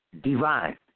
divine